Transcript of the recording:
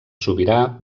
sobirà